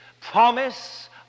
promise